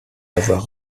avoir